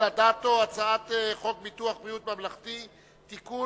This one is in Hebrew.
אדטו: הצעת חוק ביטוח בריאות ממלכתי (תיקון,